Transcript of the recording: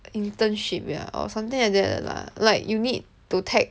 internship ya or something like that lah like you need to tag